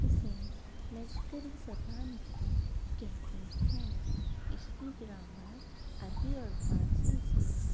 اسے لشکری زبان بھی کہتے ہیں اس کی گرامر عربی اور فارسى سے